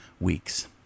weeks